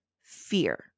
fear